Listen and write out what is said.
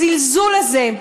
הזלזול הזה,